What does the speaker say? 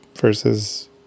versus